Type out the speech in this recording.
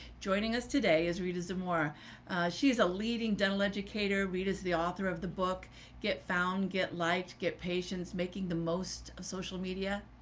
joining us today is read as a more she is a leading dental educator. rita's the author of the book get found, get liked, get patients making the most of social media.